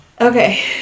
Okay